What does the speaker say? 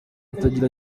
atagira